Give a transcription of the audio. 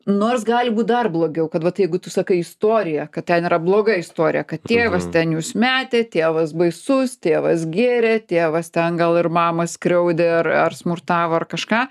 nors gali būt dar blogiau kad vat jeigu tu sakai istorija kad ten yra bloga istorija kad tėvas ten jus metė tėvas baisus tėvas gėrė tėvas ten gal ir mamą skriaudė ir ar smurtavo ar kažką